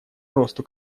росту